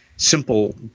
simple